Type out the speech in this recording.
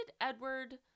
Edward